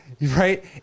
Right